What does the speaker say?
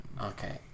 Okay